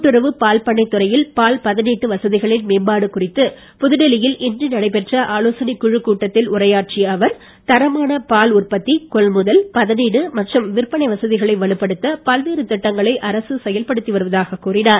கூட்டுறவு பால்பண்ணைத்துறையில் பால் பதனீட்டு வசதிகளின் மேம்பாடு குறித்து புதுடெல்லியில் இன்று நடைபெற்ற ஆலோசனைக் குழுக் கூட்டத்தில் உரையாற்றிய அவர் தரமான பால் உற்பத்தி கொள்முதல் பதனீடு மற்றும் விற்பனை வசதிகளை வலுப்படுத்த பல்வேறு திட்டங்களை அரசு செயல்படுத்தி வருவதாக கூறினார்